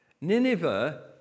Nineveh